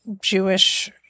Jewish